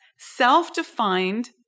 self-defined